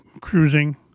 cruising